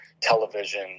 television